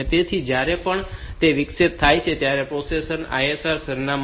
તેથી જ્યારે પણ તે વિક્ષેપ થાય છે ત્યારે પ્રોસેસર ને ISR સરનામાંની તપાસ કરવાની જરૂર નથી હોતી